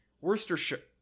Worcestershire